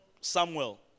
Samuel